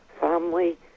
family